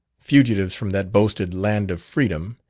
fugitives from that boasted land of freedom,